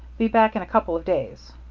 be back in a couple of days.